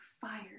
fire